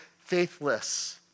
faithless